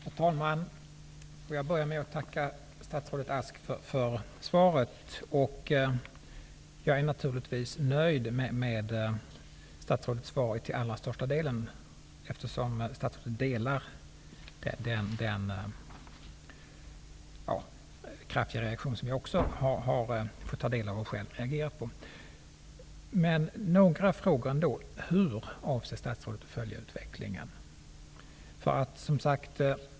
Herr talman! Jag börjar med att tacka statsrådet Beatrice Ask för svaret. Jag är naturligtvis till allra största delen nöjd med statsrådets svar, eftersom statsrådet delar den kraftiga reaktion som också jag har fått ta del av och själv känt. Jag har ändå några frågor. Hur avser statsrådet att följa utvecklingen?